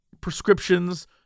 prescriptions